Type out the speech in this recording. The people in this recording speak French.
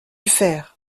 fer